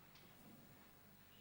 מכובדי